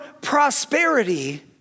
prosperity